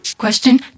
Question